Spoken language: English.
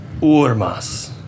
Urmas